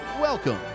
welcome